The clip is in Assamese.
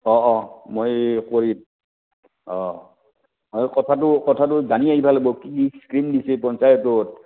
অঁ অঁ মই কৰিম অঁ মই কথাটো কথাটো জানি আহিব লাগিব কি স্কীম দিছে পঞ্চায়তত